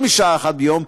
איומים.